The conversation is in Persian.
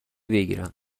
بگیرم